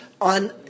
on